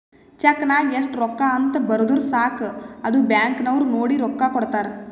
check ನಾಗ್ ಎಸ್ಟ್ ರೊಕ್ಕಾ ಅಂತ್ ಬರ್ದುರ್ ಸಾಕ ಅದು ಬ್ಯಾಂಕ್ ನವ್ರು ನೋಡಿ ರೊಕ್ಕಾ ಕೊಡ್ತಾರ್